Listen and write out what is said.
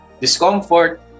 discomfort